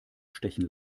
stechen